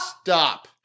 stop